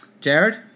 Jared